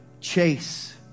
Chase